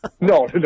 no